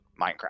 Minecraft